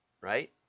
right